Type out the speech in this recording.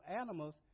animals